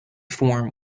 form